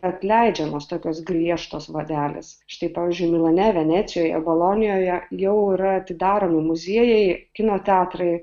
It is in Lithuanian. atleidžiamos tokios griežtos vadelės štai pavyzdžiui milane venecijoje bolonijoje jau yra atidaromi muziejai kino teatrai